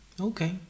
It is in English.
okay